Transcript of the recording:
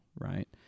right